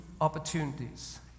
opportunities